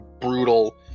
brutal